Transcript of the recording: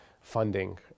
funding